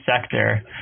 sector